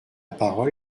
parole